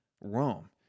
Rome